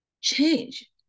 change